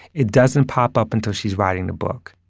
it doesn't pop up until she's writing the book.